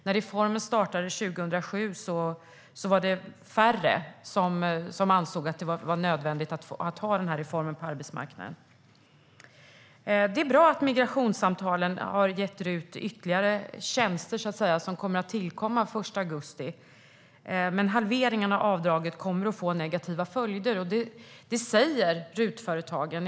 När reformen startade 2007 var det färre som ansåg att det var nödvändigt att ha kvar den här reformen på arbetsmarknaden. Det är bra att migrationssamtalen har gett RUT ytterligare tjänster som tillkommer den 1 augusti. Men halveringen av avdraget kommer att få negativa följder, och det säger RUT-företagen.